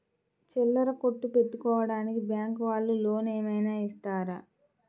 చిల్లర కొట్టు పెట్టుకోడానికి బ్యాంకు వాళ్ళు లోన్ ఏమైనా ఇస్తారా?